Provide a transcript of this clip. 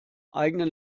eigenen